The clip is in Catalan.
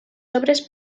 obres